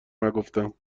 نگفتم